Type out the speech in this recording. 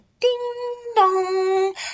Ding-dong